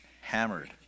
hammered